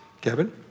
Kevin